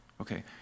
Okay